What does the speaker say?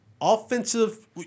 offensive